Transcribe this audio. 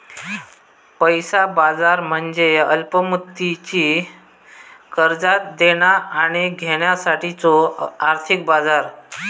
पैसा बाजार म्हणजे अल्प मुदतीची कर्जा देणा आणि घेण्यासाठीचो आर्थिक बाजार